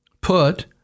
put